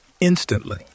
Instantly